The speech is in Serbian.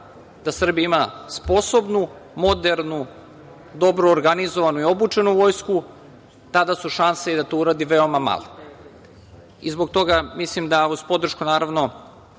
da Srbija ima sposobnu, modernu, dobro organizovanu i obučenu vojsku, tada su šanse da to uradi i veoma male. Zbog toga mislim da uz podršku i Narodne